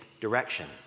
direction